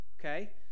Okay